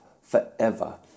forever